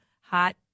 hot